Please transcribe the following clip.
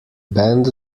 band